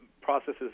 processes